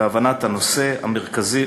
להבנת הנושא המרכזי